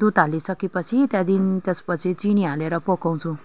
दुध हालिसके पछि त्यहाँदेखि त्यस पछि चिनी हालेर पकाउँछौँ